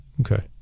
Okay